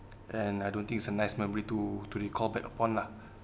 and I don't think it's a nice memory to to recall back upon lah